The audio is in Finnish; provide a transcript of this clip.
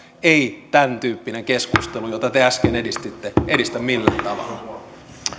ei tämäntyyppinen keskustelu jota te äsken edistitte edistä millään tavalla